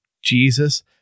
Jesus